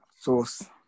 Source